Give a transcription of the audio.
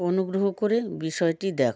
অনুগ্রহ করে বিষয়টি দেখো